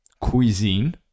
cuisine